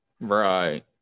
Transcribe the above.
Right